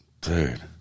Dude